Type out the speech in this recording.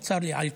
וצר לי על כך,